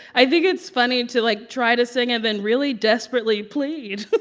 i think it's funny to, like, try to sing and then really desperately plead,